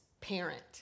parent